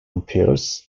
umpires